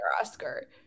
Oscar